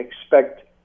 expect